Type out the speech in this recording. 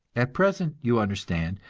at present, you understand,